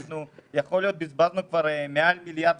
יכול להיות שבזבזנו כבר מעל מיליארד